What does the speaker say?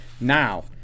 now